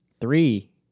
Three